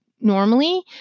normally